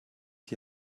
die